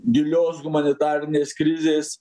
gilios humanitarinės krizės